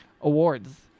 Awards